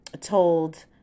told